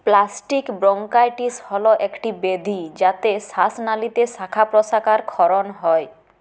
plastic bronchitis হল একটি ব্যাধি যাতে শ্বাসনালীতে শাখা প্রশাখার ক্ষরণ হয়